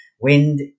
Wind